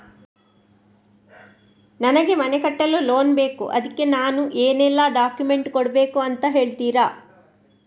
ನನಗೆ ಮನೆ ಕಟ್ಟಲು ಲೋನ್ ಬೇಕು ಅದ್ಕೆ ನಾನು ಏನೆಲ್ಲ ಡಾಕ್ಯುಮೆಂಟ್ ಕೊಡ್ಬೇಕು ಅಂತ ಹೇಳ್ತೀರಾ?